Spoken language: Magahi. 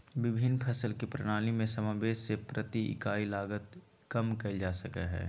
विभिन्न फसल के प्रणाली में समावेष से प्रति इकाई लागत कम कइल जा सकय हइ